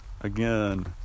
again